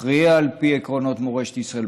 מכריע לפי עקרונות מורשת ישראל?